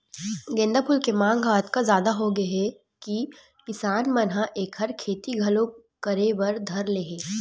गोंदा फूल के मांग ह अतका जादा होगे हे कि किसान मन ह एखर खेती घलो करे बर धर ले हे